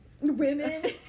women